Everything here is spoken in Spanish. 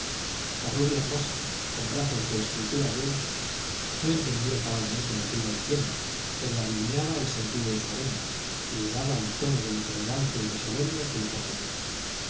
la rubia hermosa con brazos de escultura griega no entendía cabalmente lo que iba diciendo pero adivinaba el sentido de su arenga y le daba el tono de intolerancia y de soberbia que le convenía